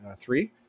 three